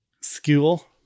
School